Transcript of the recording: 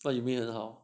what you mean 很好